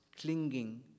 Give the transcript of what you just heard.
clinging